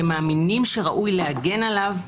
שמאמינים שראוי להגן עליו,